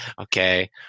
Okay